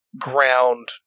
ground